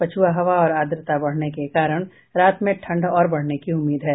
पछ्आ हवा और आद्रता बढ़ने के कारण रात में ठंड और बढ़ने की उम्मीद है